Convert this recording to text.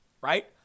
right